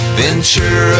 venture